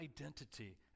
identity